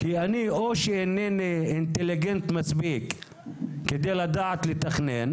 כי אני או שאינני מספיק אינטליגנט כדי לדעת לתכנן